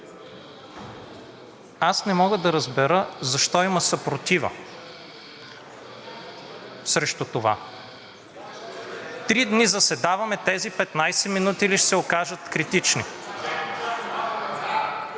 Аз не мога да разбера защо има съпротива срещу това? Три дни заседаваме, тези 15 минути ли ще се окажат критични?!